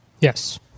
yes